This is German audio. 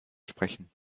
sprechen